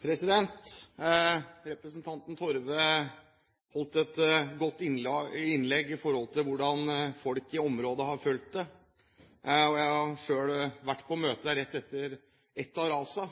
hvordan folk i området har følt det. Jeg har selv vært på møte der rett etter ett av rasene,